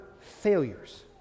failures